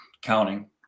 counting